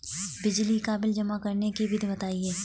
बिजली का बिल जमा करने की विधि बताइए?